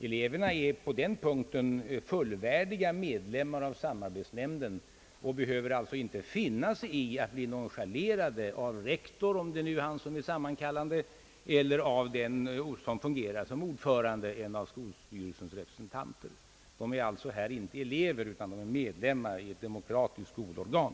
Eleverna är på den punkten fullvärdiga medlemmar av samarbetsnämnden. De behöver alltså inte finna sig i att bli nonchalerade av rektorn — om det nu är han som är den sammankallande — eller av den som fungerar som ordförande i nämnden, kanske en av skolstyrelsens representanter. Eleverna är i detta sammanhang inte skolbarn, utan de är medlemmar av ett demokratiskt skolorgan.